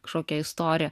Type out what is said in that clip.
kažkokią istoriją